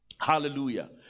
Hallelujah